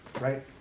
Right